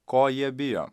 ko jie bijo